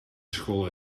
school